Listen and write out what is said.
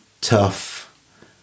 tough